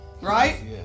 Right